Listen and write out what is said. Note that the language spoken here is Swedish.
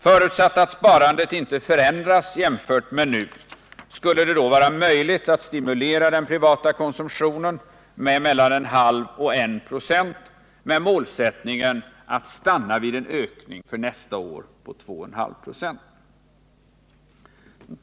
Förutsatt att sparandet inte förändras jämfört med nu, skulle det då vara möjligt att stimulera den privata konsumtionen med mellan 0,5 och 1 96 med målsättningen att stanna vid en ökning för nästa år på 2,5 94.